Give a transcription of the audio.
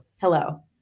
hello